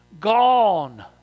Gone